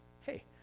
hey